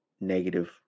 Negative